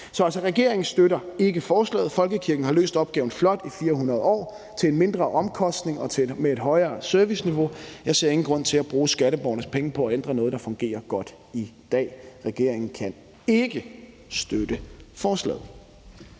Så regeringen støtter altså ikke forslaget. Folkekirken har løst opgaven flot i 400 år til en mindre omkostning og med et højere serviceniveau. Jeg ser ingen grund til at bruge skatteborgernes penge på at ændre noget, der fungerer godt i dag. Regeringen kan ikke støtte forslaget.